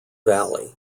valley